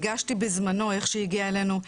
הגשתי בזמנו איך שהיא הגיעה אלינו,